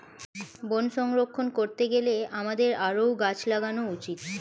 বন সংরক্ষণ করতে গেলে আমাদের আরও গাছ লাগানো উচিত